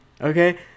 Okay